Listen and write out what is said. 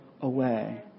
away